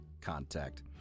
contact